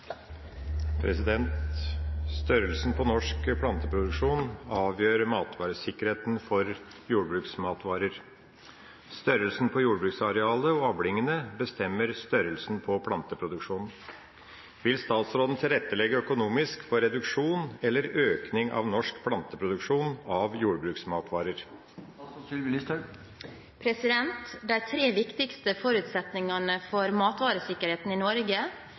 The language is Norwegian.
jordbruksmatvarer. Størrelsen på jordbruksarealet og avlingene bestemmer størrelsen på planteproduksjonen. Vil statsråden tilrettelegge økonomisk for reduksjon eller økning av norsk planteproduksjon av jordbruksmatvarer?» De tre viktigste forutsetningene for matvaresikkerheten i Norge